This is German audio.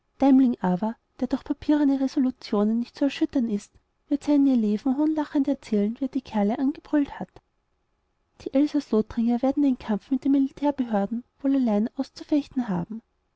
deimling aber der durch papierene resolutionen nicht zu erschüttern ist wird seinen eleven hohnlachend erzählen wie er die kerle angebrüllt hat die elsaß-lothringer werden den kampf mit den militärbehörden wohl allein auszufechten haben